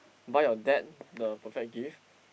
buy your dad the perfect gift